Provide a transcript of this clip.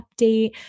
update